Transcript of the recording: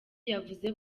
yavuze